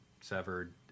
severed